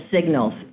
signals